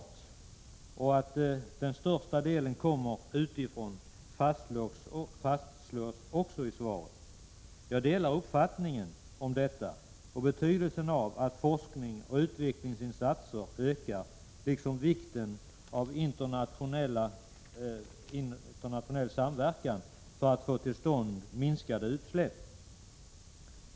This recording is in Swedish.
I svaret fastslås också att den största delen kommer utifrån. Jag delar denna uppfattning och understryker betydelsen av att forskningsoch utvecklingsinsatser ökar, liksom vikten av internationell samverkan för att minska utsläppen.